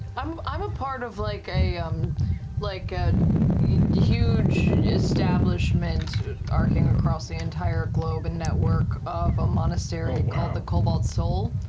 um i'm a part of like a um like a yeah and huge establishment arcing across the entire globe, a and network of, a monastery called the cobalt soul.